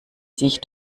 sich